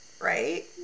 right